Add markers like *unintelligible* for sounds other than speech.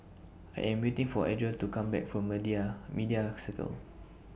I Am waiting For Adriel to Come Back from *unintelligible* Media Circle